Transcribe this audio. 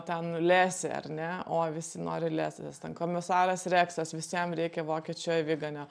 ten lesė ar ne o visi nori lesės nes ten komisaras reksas visiem reikia vokiečių aviganio